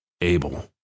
Abel